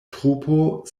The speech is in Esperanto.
trupo